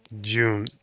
June